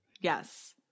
yes